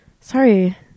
Sorry